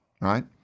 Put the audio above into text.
right